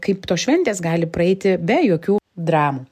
kaip tos šventės gali praeiti be jokių dramų